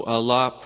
Allah